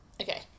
Okay